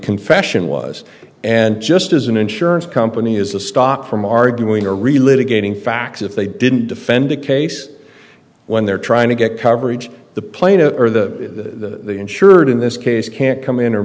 confession was and just as an insurance company is a stock from arguing a related gaining facts if they didn't defend a case when they're trying to get coverage the plaintiff or the insured in this case can't come in or